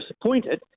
disappointed